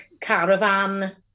caravan